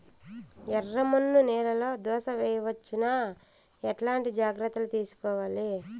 ఎర్రమన్ను నేలలో దోస వేయవచ్చునా? ఎట్లాంటి జాగ్రత్త లు తీసుకోవాలి?